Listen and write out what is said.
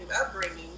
upbringing